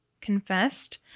confessed